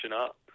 up